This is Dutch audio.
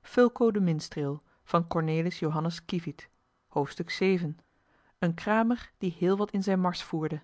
hoofdstuk een kramer die heel wat in zijne mars voerde